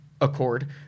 Accord